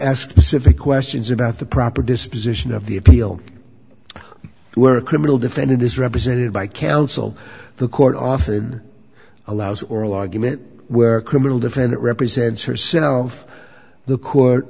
pacific questions about the proper disposition of the appeal where a criminal defendant is represented by counsel the court often allows oral argument where a criminal defendant represents herself the court